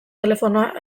telefonoa